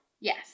yes